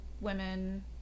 women